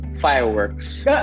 fireworks